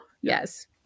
Yes